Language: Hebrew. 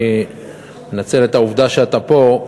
אני מנצל את העובדה שאתה פה.